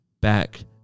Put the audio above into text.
back